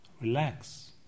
relax